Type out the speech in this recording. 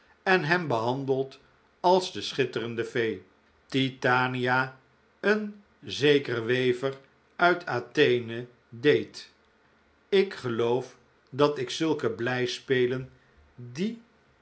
en hem behandeld als de schitterende fee titania een zeker wever uit athene deed ik geloof dat ik zulke blijspelen die